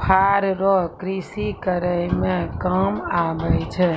फार रो कृषि करै मे काम आबै छै